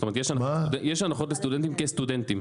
זאת אומרת יש הנחות לסטודנטים כסטודנטים.